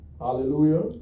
Hallelujah